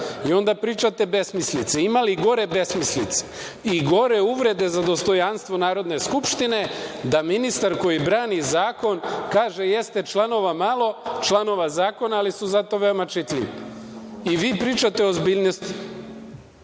i onda pričate besmislice. Ima li gore besmislice i gore uvrede za dostojanstvo Narodne skupštine da ministar koji brani zakon kaže jeste članova malo, članova zakona, ali su zato veoma čitljivi. I vi pričate o ozbiljnosti.